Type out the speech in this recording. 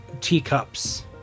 teacups